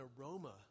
aroma